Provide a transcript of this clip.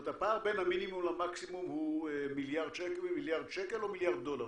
זאת אומר הפער בין המינימום למקסימום הוא מיליארד שקל או מיליארד דולר?